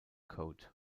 code